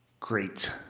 great